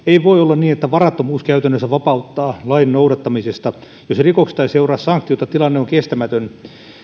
voi olla niin että varattomuus käytännössä vapauttaa lain noudattamisesta jos rikoksesta ei seuraa sanktiota tilanne on kestämätön